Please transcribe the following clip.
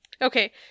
Okay